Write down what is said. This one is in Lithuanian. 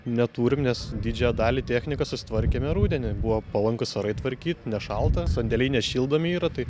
neturim nes didžiąją dalį technikos susitvarkėme rudenį buvo palankūs orai tvarkyt nešalta sandėliai nešildomi yra tai